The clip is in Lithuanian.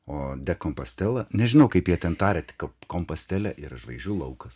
o de kompastela nežinau kaip jie ten taria tik kompastele ir žvaigždžių laukas